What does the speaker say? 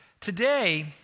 Today